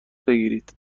بگیرید